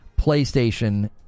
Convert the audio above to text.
PlayStation